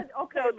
okay